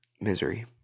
Misery